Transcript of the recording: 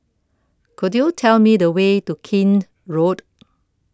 Could YOU Tell Me The Way to Keene Road